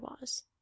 was